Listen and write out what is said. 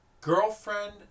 girlfriend